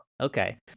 Okay